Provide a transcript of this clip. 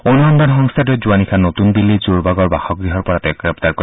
অনুসন্ধান সংস্থাটোৱে যোৱা নিশা নতুন দিল্লীৰ যোৰবাগৰ বাসগৃহৰ পৰা তেওঁক গ্ৰেপ্তাৰ কৰে